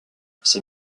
ses